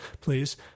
please